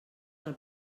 del